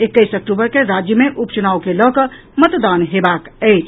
एक्कैस अक्टूबर के राज्य मे उपचुनाव के लऽकऽ मतदान हेबाक अछि